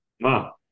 Wow